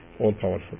all-powerful